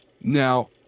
Now